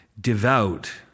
devout